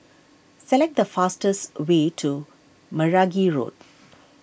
select the fastest way to Meragi Road